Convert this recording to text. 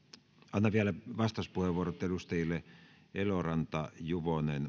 annan vielä vastauspuheenvuorot edustajille eloranta juvonen